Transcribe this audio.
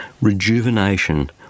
rejuvenation